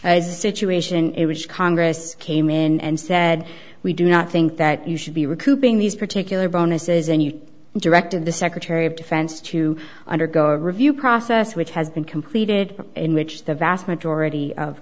a situation in which congress came in and said we do not think that you should be recouping these particular bonuses and you directed the secretary of defense to undergo a review process which has been completed in which the vast majority of